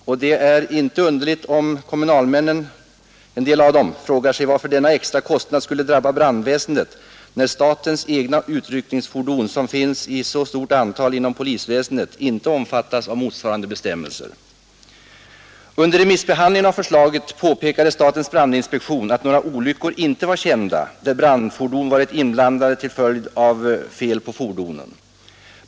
Och det är inte underligt om en del kommunalmän frågar sig varför denna extra kostnad skulle drabba brandväsendet, när statens egna utryckningsfordon, som finns i så stort antal inom polisväsendet, inte omfattas av motsvarande bestämmelser. Under remissbehandlingen av förslaget påpekade statens brandinspektion att några olyckor inte var kända, där brandfordon varit inblandade till följd av fel på fordonen.